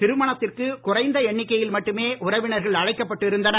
திருமணத்திற்கு குறைந்த எண்ணிக்கையில் மட்டுமே உறவினர்கள் அழைக்கப்பட்டு இருந்தனர்